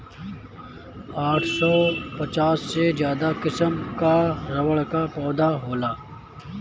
आठ सौ पचास से ज्यादा किसिम कअ रबड़ कअ पौधा होला